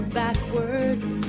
backwards